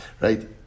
Right